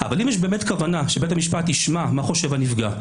אבל אם יש באמת כוונה שבית המשפט ישמע מה חושב הנפגע,